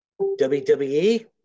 WWE